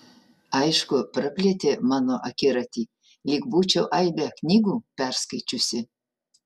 aišku praplėtė mano akiratį lyg būčiau aibę knygų perskaičiusi